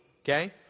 okay